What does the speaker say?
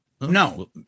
No